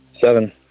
Seven